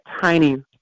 tiny